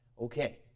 Okay